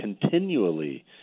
continually